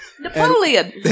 Napoleon